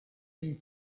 and